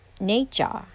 nature